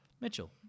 Mitchell